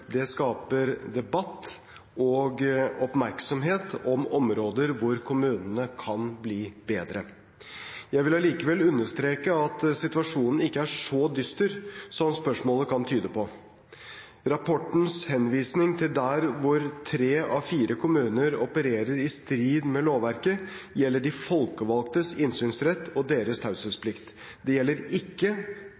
Det skaper debatt og oppmerksomhet om områder hvor kommunene kan bli bedre. Jeg vil allikevel understreke at situasjonen ikke er så dyster som spørsmålet kan tyde på. Rapportens henvisning til der hvor tre av fire kommuner opererer i strid med lovverket, gjelder de folkevalgtes innsynsrett og deres